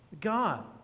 God